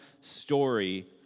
story